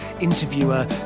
interviewer